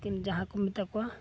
ᱞᱮᱠᱤᱱ ᱡᱟᱦᱟᱸᱠᱚ ᱢᱮᱛᱟ ᱠᱚᱣᱟ